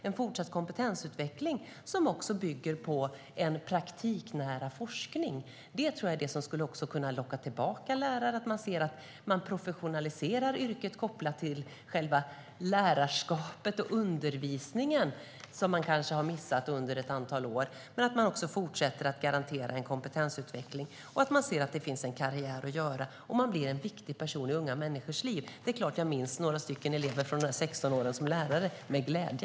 En fortsatt kompetensutveckling som bygger på en praktiknära forskning tror jag skulle kunna locka tillbaka lärare, så att yrket professionaliseras kopplat till själva lärarskapet och undervisningen. Detta har man kanske missat under ett antal år. Men man måste fortsätta att garantera en kompetensutveckling, så att lärarna ser att det finns en karriär att göra. Läraren blir då en viktig person i unga människors liv. Det är klart att jag med glädje minns några elever från mina 16 år som lärare.